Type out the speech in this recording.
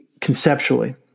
conceptually